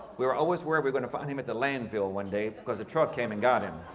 we were always worried we're gonna find him at the landfill one day because a truck came and got him.